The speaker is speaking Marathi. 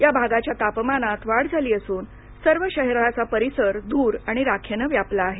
या भागाच्या तापमानात वाढ झाली असून शहराचा सर्व परिसर धूर आणि राखेनं व्यापला आहे